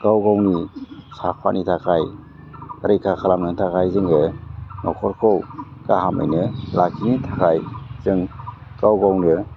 गाव गावनि साफानि थाखाय रैखा खालामनो थाखाय जोङो न'खरखौ गाहामैनो लाखिनो थाखाय जों गाव गावनो